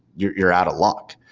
you're you're out of luck.